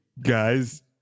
guys